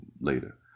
later